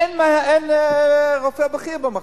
אין רופא בכיר במחלקה.